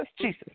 Jesus